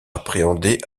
appréhendés